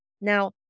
Now